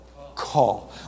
call